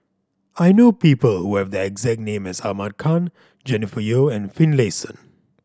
I know people who have the exact name as Ahmad Khan Jennifer Yeo and Finlayson